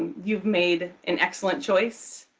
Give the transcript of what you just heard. you've made an excellent choice.